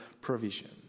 provision